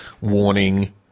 warning